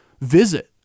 visit